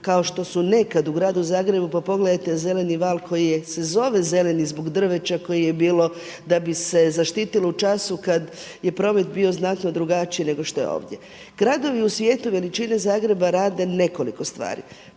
kao što su nekad u gradu Zagrebu. Pa pogledajte Zeleni val koji se zove zeleni zbog drveća koje je bilo da bi se zaštitilo u času kad je promet bio znatno drugačiji nego što je ovdje. Gradovi u svijetu veličine Zagreba rade nekoliko stvari.